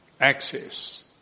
access